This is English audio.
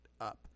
up